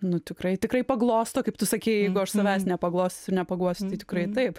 nu tikrai tikrai paglosto kaip tu sakei jeigu aš savęs nepaglostysiu ir nepaguosiu tai tikrai taip